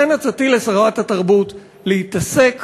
לכן, עצתי לשרת התרבות: להתעסק